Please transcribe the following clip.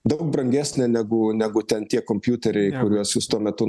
daug brangesnė negu negu ten tie kompiuteriai kuriuos jūs tuo metu